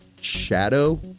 shadow